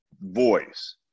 voice